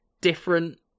different